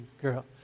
girl